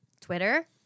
Twitter